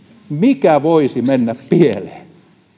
mikä voisi mennä pieleen